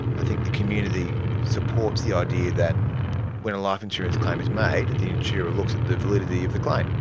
i think the community supports the idea that when a life insurance claim is made, the insurer looks at the validity of the claim.